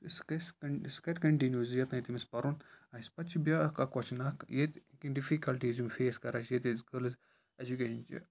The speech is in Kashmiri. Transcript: سُہ گژھِ سُہ کَرِ کَنٹِنیو زِ یوٚتانٮ۪تھ تٔمِس پَرُن آسہِ پَتہٕ چھُ بیٛاکھ اَکھ کۄہچَن اَکھ ییٚتہِ کیٚنٛہہ ڈِفِکَلٹیٖز یِم فیس کَران چھِ ییٚتہِ أسۍ گٔرلٕز اٮ۪جُکیشَن چھِ